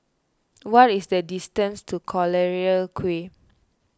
what is the distance to Collyer Quay